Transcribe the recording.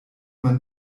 man